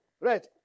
Right